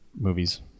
movies